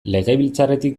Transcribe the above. legebiltzarretik